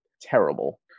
terrible